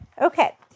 Okay